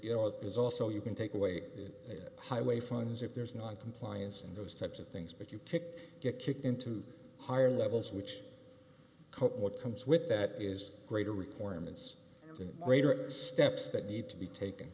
you know as is also you can take away the highway funds if there's noncompliance and those types of things but you to get kicked into higher levels which cope what comes with that is greater requirements and greater steps that need to be taken